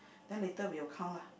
then later we'll count lah